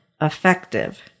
effective